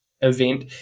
event